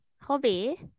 hobby